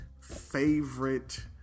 favorite